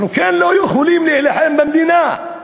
אנחנו לא יכולים להילחם במדינה,